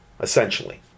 essentially